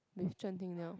with Zhen-Ting they all